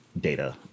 data